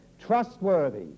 trustworthy